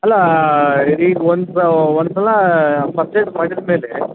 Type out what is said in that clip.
ಅಲ್ಲಾ ಈಗ ಒಂದು ಒಂದ್ಸಲಾ ಪರ್ಚೇಸ್ ಮಾಡಿದ್ಮೇಲೆ